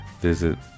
visit